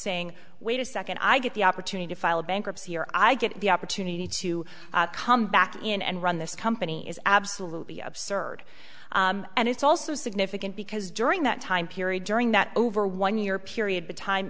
saying wait a second i get the opportunity to file bankruptcy or i get the opportunity to come back in and run this company is absolutely absurd and it's also significant because during that time period during that over one year period betime